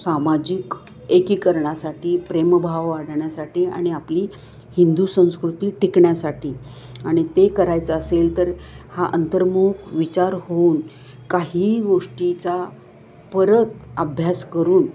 सामाजिक एकीकरणासाठी प्रेमभाव वाढण्यासाठी आणि आपली हिंदू संस्कृती टिकण्यासाठी आणि ते करायचं असेल तर हा अंतर्मुख विचार होऊन काही गोष्टीचा परत अभ्यास करून